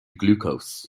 glucose